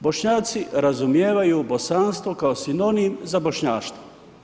Bošnjaci razumijevaju bosanstvo kao sinonim za bošnjaštvo.